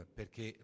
perché